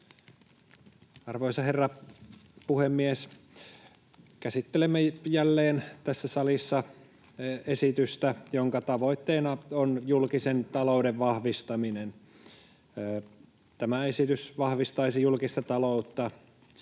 Arvoisa herra puhemies! Käsittelemme jälleen tässä salissa esitystä, jonka tavoitteena on julkisen talouden vahvistaminen. Tämä esitys vahvistaisi julkista taloutta